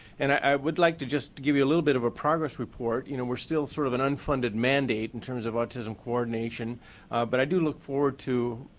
and i would like to just give you a little bit of a progress report. you know we are still sort of an unfunded mandate in terms of autism coordination but i look forward to